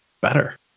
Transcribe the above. better